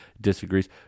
disagrees